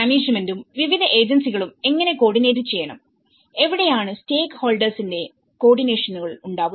മാനേജ്മെന്റും വിവിധ ഏജൻസികളും എങ്ങനെ കോഓർഡിനേറ്റ് ചെയ്യണം അവിടെയാണ് സ്റ്റേക്ക് ഹോൾഡേഴ്സിന്റെകോഓർഡിനേഷൻഉണ്ടാവുന്നത്